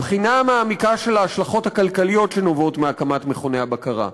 הבחינה המעמיקה של ההשלכות הכלכליות שנובעות מהקמת מכוני הבקרה.